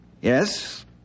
Yes